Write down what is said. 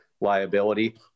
liability